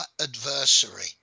adversary